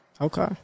Okay